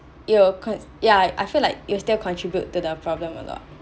it will cau~ ya I feel like it'll still contribute to the problem a lot